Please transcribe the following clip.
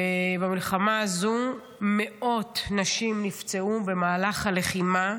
ובמלחמה הזו מאות נשים נפצעו במהלך הלחימה,